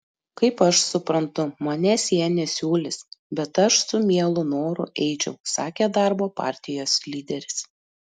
kaip aš suprantu manęs jie nesiūlys bet aš su mielu noru eičiau sakė darbo partijos lyderis